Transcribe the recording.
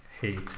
hate